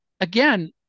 again